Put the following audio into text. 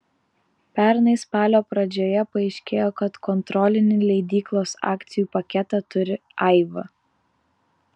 pernai spalio pradžioje paaiškėjo kad kontrolinį leidyklos akcijų paketą turi aiva